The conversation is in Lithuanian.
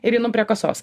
ir einu prie kasos